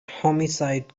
homicide